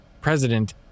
president